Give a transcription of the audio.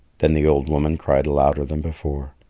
then the old woman cried louder than before.